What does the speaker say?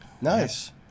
Nice